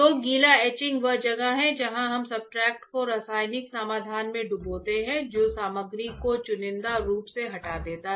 तो गीला एचिंग वह जगह है जहां हम सब्सट्रेट को रासायनिक समाधान में डुबोते हैं जो सामग्री को चुनिंदा रूप से हटा देता है